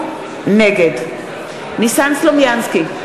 נגד ניסן סלומינסקי,